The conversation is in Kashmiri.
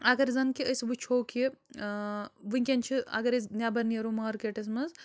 اگر زن کہِ أسۍ وٕچھو کہِ وٕنکٮ۪ن چھِ اگر أسۍ نٮ۪بر نیرو مارکیٹس منٛز